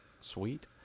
sweet